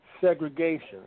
segregation